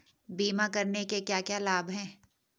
बीमा करने के क्या क्या लाभ हैं?